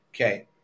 Okay